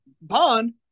bond